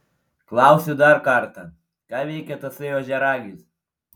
klausiu dar kartą ką veikia tasai ožiaragis